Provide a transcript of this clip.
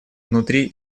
внутри